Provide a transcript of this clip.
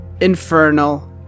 infernal